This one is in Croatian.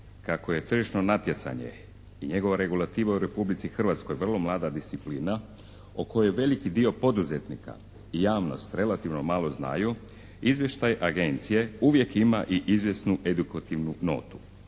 kako je tržišno natjecanje i njegova regulativa u Republici Hrvatskoj vrlo mlada disciplina o kojoj veliki dio poduzetnika i javnost relativno malo znaju, izvještaj Agencije uvijek ima i izvjesnu edukativnu notu,